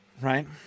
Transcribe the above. right